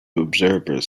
observers